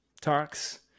talks